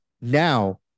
Now